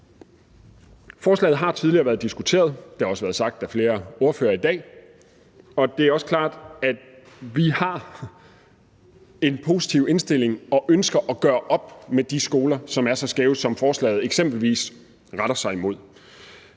Forslaget har tidligere været diskuteret, og det har også været sagt af flere ordførere i dag. Det er også klart, at vi har en positiv indstilling og ønsker at gøre op med de skoler, som er så skæve, og som forslaget eksempelvis retter sig imod.